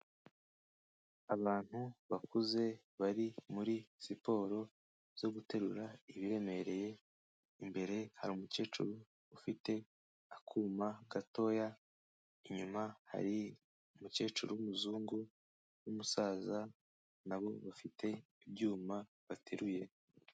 Abantu bakuze bari muri siporo zo guterura ibiremereye, imbere hari umukecuru ufite akuma gatoya, inyuma hari umukecuru w'umuzungu n'umusaza nabo bafite ibyuma bateruye.